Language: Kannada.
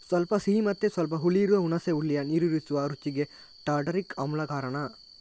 ಸ್ವಲ್ಪ ಸಿಹಿ ಮತ್ತೆ ಸ್ವಲ್ಪ ಹುಳಿ ಇರುವ ಹುಣಸೆ ಹುಳಿಯ ನೀರೂರಿಸುವ ರುಚಿಗೆ ಟಾರ್ಟಾರಿಕ್ ಆಮ್ಲ ಕಾರಣ